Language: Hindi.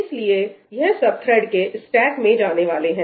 इसलिए यह सब थ्रेड के स्टैक में जाने वाले हैं